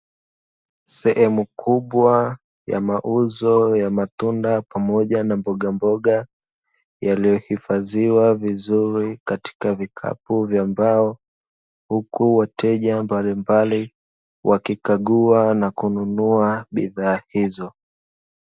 Sehemu kubwa ya mauzo ya matunda pamoja na mbogamboga, yaliyohifadhiwa vizuri katika vikapu vya mbao, huku wateja mbalimbali wakikagua na kununua bidhaa hizo.